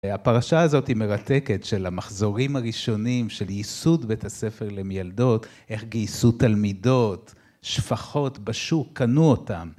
הפרשה הזאת היא מרתקת, של המחזורים הראשונים, של ייסוד בית הספר למילדות, איך גייסו תלמידות, שפחות בשוק, קנו אותם.